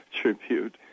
tribute